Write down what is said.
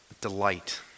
delight